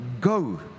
go